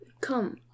Come